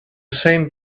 same